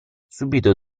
subito